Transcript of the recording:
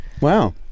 Wow